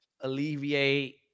alleviate